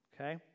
Okay